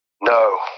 No